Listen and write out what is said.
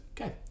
Okay